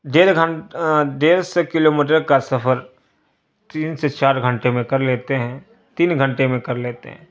ڈیڑھ ڈیڑھ سو کلو میٹر کا سفر تین سے چار گھنٹے میں کر لیتے ہیں تین گھنٹے میں کر لیتے ہیں